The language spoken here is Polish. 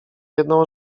jedną